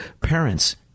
parents